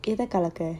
எதகலக்க:edha kalakka